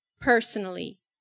personally